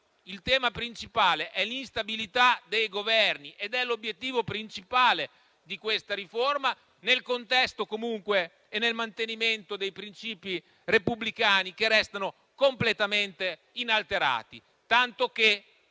il tema principale è l'instabilità dei Governi ed è l'obiettivo fondamentale di questa riforma, comunque nel contesto e nel mantenimento dei princìpi repubblicani, che restano completamente inalterati, tanto che